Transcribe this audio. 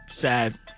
sad